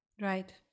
Right